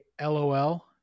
LOL